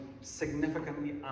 significantly